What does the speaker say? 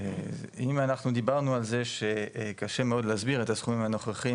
אם אנחנו דיברנו על זה שקשה מאוד להסביר את הסכומים הנוכחיים